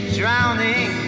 drowning